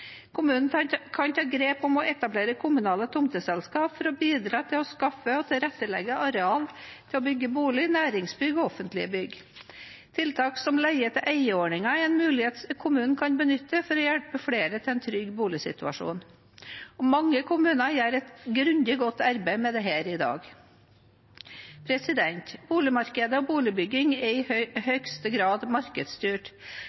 Kommunen kan ta grep om å etablere kommunale tomteselskap for å bidra til å skaffe og tilrettelegge arealer til å bygge bolig, næringsbygg og offentlige bygg. Tiltak som leie-til-eie-ordninger er en mulighet kommunen kan benytte for å hjelpe flere til en trygg boligsituasjon. Mange kommuner gjør et grundig og godt arbeid med dette i dag. Boligmarkedet og boligbygging er i